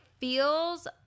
feels